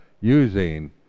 using